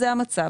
זה המצב.